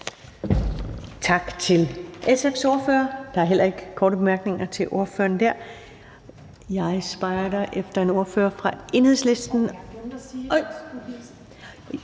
Tak til SF's ordfører. Der er heller ikke korte bemærkninger til ordføreren der. Jeg spejder efter en ordfører fra Enhedslisten.